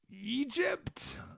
Egypt